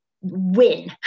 win